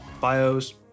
bios